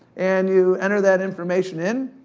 and you enter that information in,